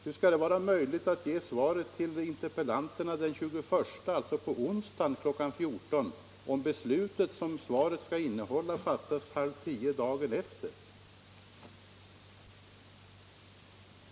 Hur skulle det ha varit möjligt att ge svaret till interpellanterna den 21, alltså på onsdag, kl. 14.00, om beslutet som svaret skall innehålla fattas kl. 9.30 dagen efter?